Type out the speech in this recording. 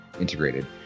Integrated